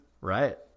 right